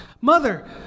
Mother